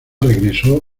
regresó